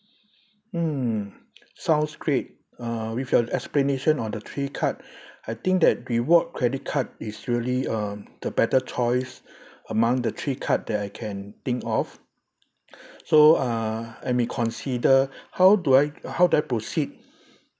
mm sounds great uh with your explanation on the three card I think that reward credit card is really uh the better choice among the three card that I can think of so uh let me consider how do I how do I proceed